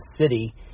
City